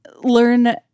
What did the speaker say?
learn